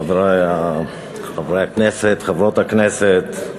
חברי חברי הכנסת, חברות הכנסת,